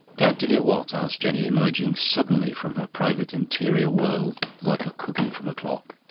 glad to hear what? asked jenny, emerging suddenly from her private interior world like a cuckoo from a clock.